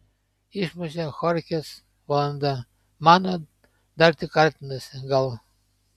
išmušė chorchės valanda mano dar tik artinasi gal